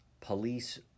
Police